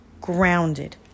grounded